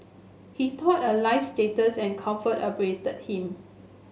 he thought a life status and comfort awaited him